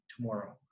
tomorrow